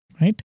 Right